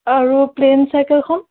আৰু প্লেইন চাইকেলখন